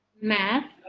math